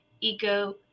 ego